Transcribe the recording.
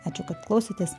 ačiū kad klausotės